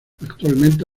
actualmente